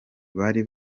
bari